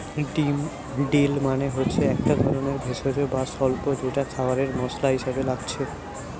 deal মানে হচ্ছে একটা ধরণের ভেষজ বা স্বল্প যেটা খাবারে মসলা হিসাবে লাগছে